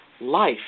Life